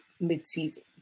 mid-season